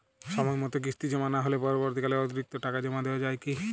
সময় মতো কিস্তি জমা না হলে পরবর্তীকালে অতিরিক্ত টাকা জমা দেওয়া য়ায় কি?